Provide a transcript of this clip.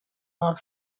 north